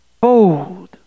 Bold